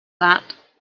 that